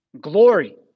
glory